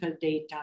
data